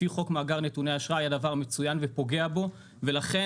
לפי חוק מאגר נתוני אשראי הדבר מצויין ופוגע בו ולכן